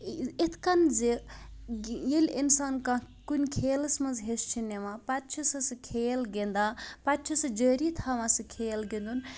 اِتھ کٔنۍ زِ ییٚلہِ اِنسان کانٛہہ کُنہِ کھیلَس منٛز حِصہٕ چھِ نِوان پَتہ چھِ سُہ سُہ کھیل گِندان پَتہٕ چھِ سُہ جٲری تھاوان سُہ کھیل گِندُن